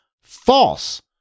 false